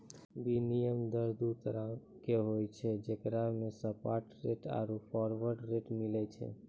विनिमय दर दु तरहो के होय छै जेकरा मे स्पाट रेट आरु फारवर्ड रेट शामिल छै